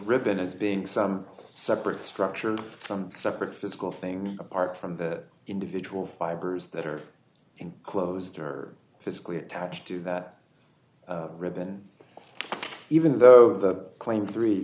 ribbon as being some separate structure some separate physical thing apart from the individual fibers that are closed or physically attached to that ribbon even though the claim three